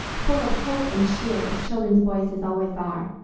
full of hope and cheer, as children's voices always are.